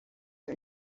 are